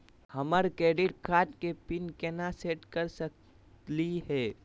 हमर credit card के pin केना सेट कर सकली हे?